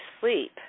sleep